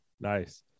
nice